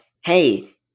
hey